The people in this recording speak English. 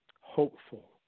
hopeful